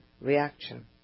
reaction